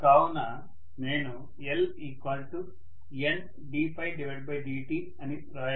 కావున నేను LNddi అని వ్రాయగలను